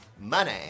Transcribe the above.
Money